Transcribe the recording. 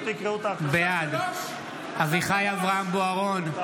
בעד אביחי אברהם בוארון,